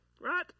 right